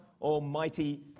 almighty